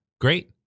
Great